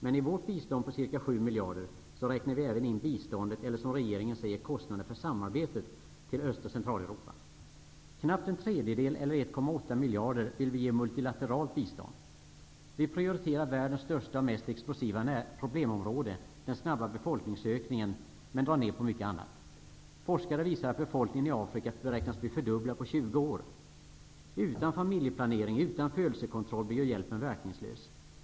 Men i vårt bistånd på ca 7 miljarder räknar vi även in biståndet -- eller som regeringen säger kostnaderna för samarbetet -- till Öst och Knappt en tredjedel eller 1,8 miljarder vill vi ge i multilateralt bistånd. Vi prioriterar världens största och mest explosiva problemområde -- den snabba befolkningsökningen, men vi drar ned på mycket annat. Forskare visar att befolkningen i Afrika beräknas bli fördubblad på 20 år. Utan familjeplanering och utan födelsekontroll blir ju hjälpen verkningslös.